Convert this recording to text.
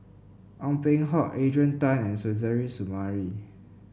Ong Peng Hock Adrian Tan and Suzairhe Sumari